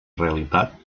realitat